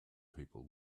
people